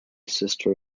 sister